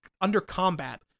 under-combat